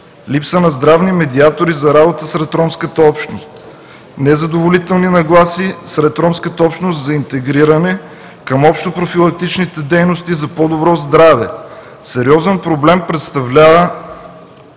липса на здравни медиатори за работа сред ромската общност; незадоволителни нагласи сред ромската общност за интегриране към общо профилактичните дейности за по-добро здраве. Сериозен проблем представлява